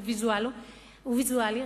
ויזואלית,